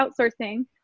outsourcing